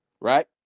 Right